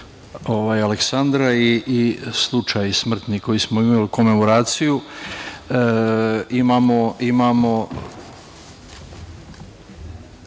Aleksandra i slučaj smrtni koji smo imali, komemoraciju,